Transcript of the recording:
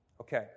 Okay